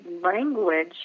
language